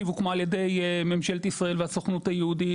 נתיב הוקמה על ידי ממשלת ישראל והסוכנות היהודית